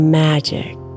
magic